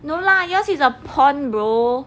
no lah yours is a pond bro